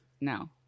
No